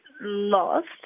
lost